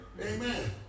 Amen